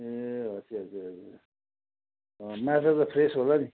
ए हजुर हजुर हजुर माछा त फ्रेस होला नि